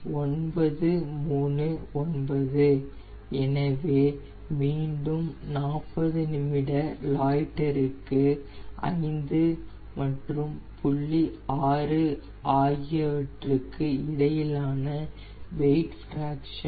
939 எனவே மீண்டும் 40 நிமிட லாய்ட்டருக்கு புள்ளி ஐந்து மற்றும் புள்ளி ஆறு ஆகியவற்றுக்கு இடையிலான வெயிட் ஃபிராக்சன்